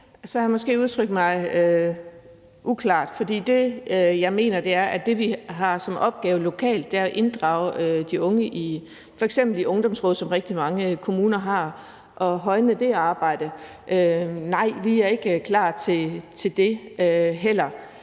jeg måske udtrykt mig uklart, for det, jeg mener, er, at det, vi har som opgave lokalt, er at inddrage de unge i f.eks. ungdomsråd, som rigtig mange kommuner har, og højne det arbejde. Nej, vi er heller ikke klar til det.